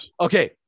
okay